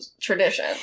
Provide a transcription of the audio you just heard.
tradition